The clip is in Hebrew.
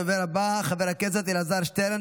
כעת לדובר הבא, חבר הכנסת אלעזר שטרן,